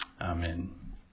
Amen